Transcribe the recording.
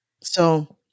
So-